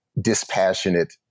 dispassionate